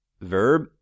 Verb